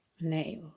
Nail